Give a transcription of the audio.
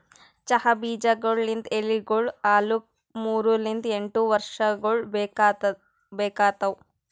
ಚಹಾ ಬೀಜಗೊಳ್ ಲಿಂತ್ ಎಲಿಗೊಳ್ ಆಲುಕ್ ಮೂರು ಲಿಂತ್ ಎಂಟು ವರ್ಷಗೊಳ್ ಬೇಕಾತವ್